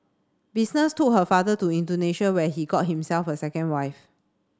business took her father to Indonesia where he got himself a second wife